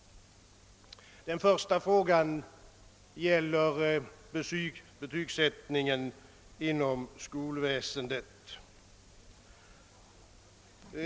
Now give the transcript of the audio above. Den första frågan gäller betygsättningen inom skolväsendet.